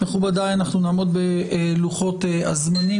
מכובדי, אנחנו נעמוד בלוחות הזמנים.